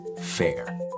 FAIR